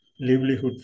livelihood